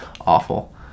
Awful